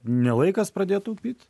ne laikas pradėt taupyt